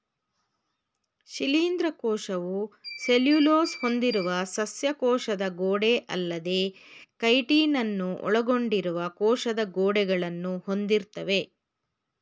ಶಿಲೀಂಧ್ರ ಕೋಶವು ಸೆಲ್ಯುಲೋಸ್ ಹೊಂದಿರುವ ಸಸ್ಯ ಕೋಶದ ಗೋಡೆಅಲ್ಲದೇ ಕೈಟಿನನ್ನು ಒಳಗೊಂಡಿರುವ ಕೋಶ ಗೋಡೆಗಳನ್ನು ಹೊಂದಿರ್ತವೆ